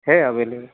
है अभेलेबल